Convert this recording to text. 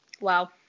Wow